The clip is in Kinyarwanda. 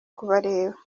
kubareba